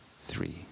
three